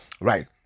right